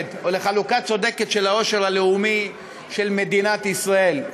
צודקת של העושר הלאומי של מדינת ישראל.